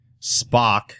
Spock